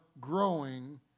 growing